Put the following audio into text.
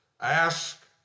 ask